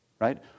right